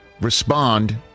respond